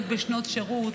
להיות בשנות שירות,